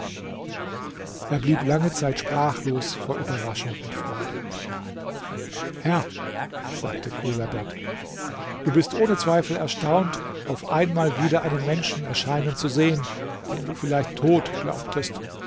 er blieb lange zeit sprachlos vor überraschung und freude herr sagte chodadad du bist ohne zweifel erstaunt auf einmal wieder einen menschen erscheinen zu sehen den du vielleicht tot glaubtest